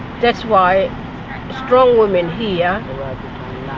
that's why strong women here